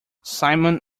simon